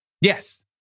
yes